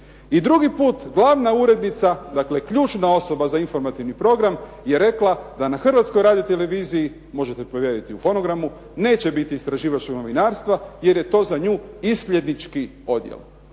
i drugi put glavna urednica, dakle ključna osoba za informativni program je rekla da na Hrvatskoj radioteleviziji, možete provjeriti u fonogramu, neće biti istraživačkog novinarstva jer je to za nju isljednički odjel.